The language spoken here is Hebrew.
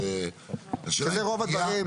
הבנתי.